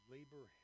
Labor